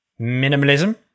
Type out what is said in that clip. Minimalism